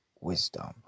wisdom